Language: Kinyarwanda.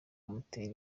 amutera